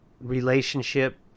relationship